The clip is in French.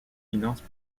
finances